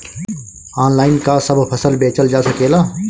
Online का सब फसल बेचल जा सकेला?